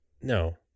No